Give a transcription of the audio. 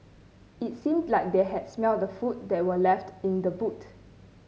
it seemed that they had smelt the food that were left in the boot